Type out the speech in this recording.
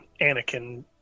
anakin